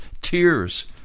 tears